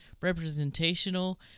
representational